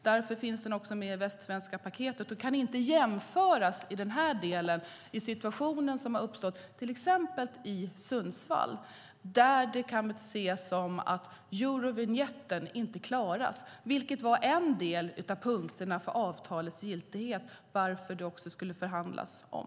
Därför finns den med i Västsvenska paketet och kan inte jämföras i den här delen med situationen som har uppstått till exempel i Sundsvall, där det kan ses som att Eurovinjetten inte klaras, vilket var en del av punkterna för avtalets giltighet. Därför skulle det också förhandlas om.